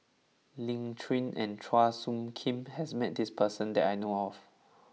Lin Chen and Chua Soo Khim has met this person that I know of